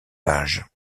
pages